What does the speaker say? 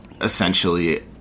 essentially